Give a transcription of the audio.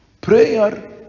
Prayer